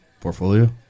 Portfolio